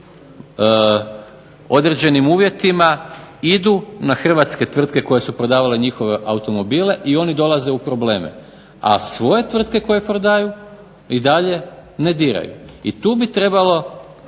određenim uvjetima idu na određene tvrtke koje su prodavale njihove automobile i oni dolaze u probleme, a svoje tvrtke koje prodaju i dalje ne diraju. I tu bi trebalo